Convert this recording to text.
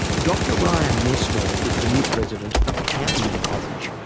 dr ryan messmore is the new president of campion college.